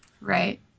right